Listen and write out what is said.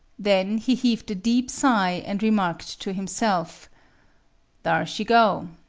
then he heaved a deep sigh and remarked to himself dar she go.